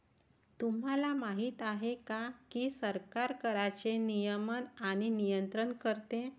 तुम्हाला माहिती आहे का की सरकार कराचे नियमन आणि नियंत्रण करते